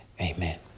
Amen